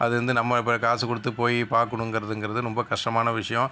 அது வந்து நம்ம இப்போ காசு கொடுத்து போய் பார்க்கணுங்கறதுங்றது ரொம்ப கஷ்டமான விஷயம்